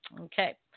Okay